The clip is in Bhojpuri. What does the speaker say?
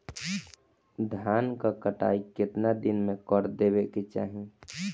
धान क कटाई केतना दिन में कर देवें कि चाही?